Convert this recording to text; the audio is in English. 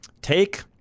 take